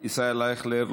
ישראל אייכלר,